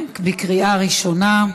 בבקשה,